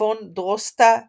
פון דרוסטה הילסהוף.